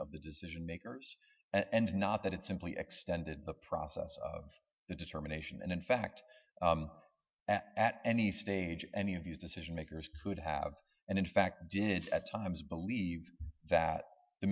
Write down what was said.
of the decision makers and not that it simply extended the process of the determination and in fact at any stage any of your decision makers could have and in fact did at times believe that the